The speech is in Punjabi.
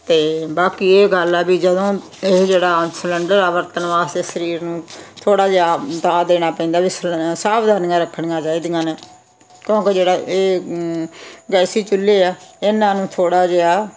ਅਤੇ ਬਾਕੀ ਇਹ ਗੱਲ ਆ ਵੀ ਜਦੋਂ ਇਹ ਜਿਹੜਾ ਆ ਸਲੰਡਰ ਆ ਵਰਤਣ ਵਾਸਤੇ ਸਰੀਰ ਨੂੰ ਥੋੜ੍ਹਾ ਜਿਹਾ ਤਾਅ ਦੇਣਾ ਪੈਂਦਾ ਵੀ ਸ ਸਾਵਧਾਨੀਆਂ ਰੱਖਣੀਆਂ ਚਾਹੀਦੀਆਂ ਨੇ ਕਿਉਂਕਿ ਜਿਹੜਾ ਇਹ ਗੈਸੀ ਚੁੱਲ੍ਹੇ ਆ ਇਹਨਾਂ ਨੂੰ ਥੋੜ੍ਹਾ ਜਿਹਾ